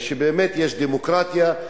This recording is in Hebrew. ושבאמת יש דמוקרטיה.